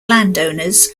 landowners